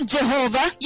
Jehovah